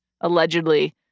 allegedly